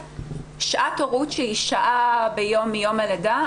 שעת הורות שהיא שעה ביום מיום הלידה,